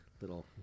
little